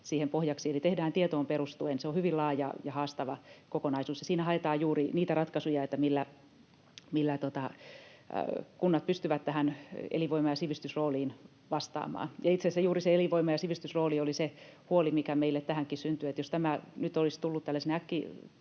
siihen pohjaksi, eli tehdään tietoon perustuen. Se on hyvin laaja ja haastava kokonaisuus, ja siinä haetaan juuri niitä ratkaisuja, millä kunnat pystyvät tähän elinvoima- ja sivistysrooliin vastaamaan. Ja itse asiassa juuri se elinvoima- ja sivistysrooli oli se huoli, mikä meille tässäkin syntyi, jos tämä nyt olisi tullut tällaisena äkkitilanteena